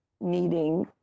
needing